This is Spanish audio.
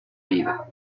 vida